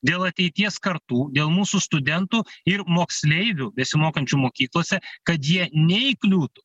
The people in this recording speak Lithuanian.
dėl ateities kartų dėl mūsų studentų ir moksleivių besimokančių mokyklose kad jie neįkliūtų